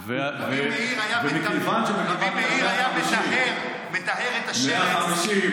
וגם רבי מאיר היה מטהר, ומכיוון שלפ"מ זה 150,